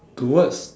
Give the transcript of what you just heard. towards